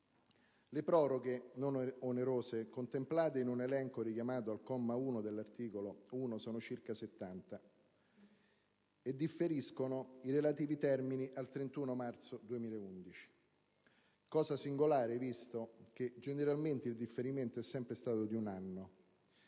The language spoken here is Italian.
Le proroghe non onerose, contemplate in un elenco richiamato al comma 1 dell'articolo 1, sono circa 70 e differiscono i relativi termini al 31 marzo 2011, cosa singolare, visto che generalmente il differimento è sempre stato di un anno.